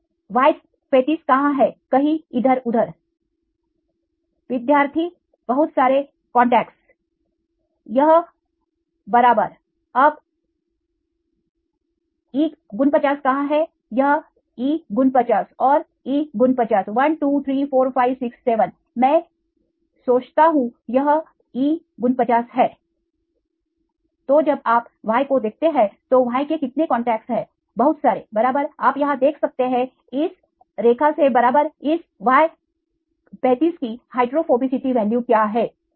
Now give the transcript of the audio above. Y 35 कहां है कहीं इधर उधर विद्यार्थी बहुत सारे कांटेक्टस यह बराबर अब E 49 कहां है यह E 49 और E 49 1234567 मैं सोचता हूं यह E 49 है तो जब आप Yको देखते हैं तो Y के कितने कांटेक्टस है बहुत सारे बराबर आप यहां देख सकते हैं इस रेखा से बराबर इस Y35 की हाइड्रोफोबिसिटी वैल्यू क्या है